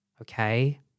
Okay